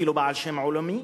אפילו בעל שם עולמי,